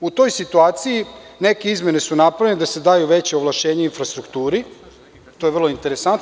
U toj situaciji, neke izmene su napravljene da se daju veća ovlašćenja infrastrukturi i to je vrlo interesantno.